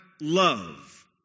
love